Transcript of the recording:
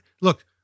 look